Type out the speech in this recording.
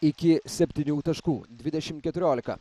iki septynių taškų dvidešimt keturiolika